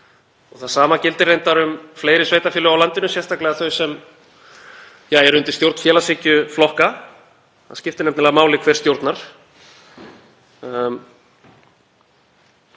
Það sama gildir reyndar um fleiri sveitarfélög á landinu, sérstaklega þau sem eru undir stjórn félagshyggjuflokka. Það skiptir nefnilega máli hver stjórnar.